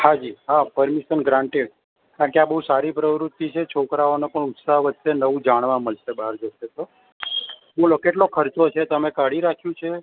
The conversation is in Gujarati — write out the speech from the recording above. હા જી હા પરમીશન ગ્રાન્ટેડ કારણકે આ બહુ સારી પ્રવૃતિ જે છોકરાઓને પણ ઉત્સાહ વધશે નવું જાણવા મળશે એટલે બહાર જશે તો બોલો કેટલો ખર્ચો છે તમે કાઢી રાખ્યું છે